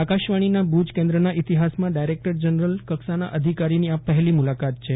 આકાશવાણીના ભૂજ કેન્દ્રના ઇતિહાસમાં ડાયરેકટર જનરલ કક્ષાના અધિકારીની આ પહેલી મુલાકાત છે